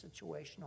situational